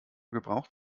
gebraucht